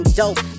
dope